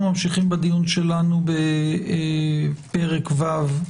אנחנו ממשיכים בדיון שלנו בפרק ו'